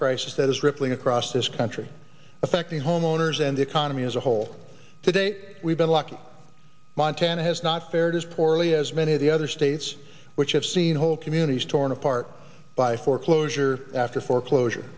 crisis that is rippling across this country affecting homeowners and economy as a whole today we've been lucky montana has not fared as poorly as many of the other states which have seen whole communities torn apart by foreclosure after foreclosure